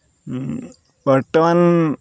বৰ্তমান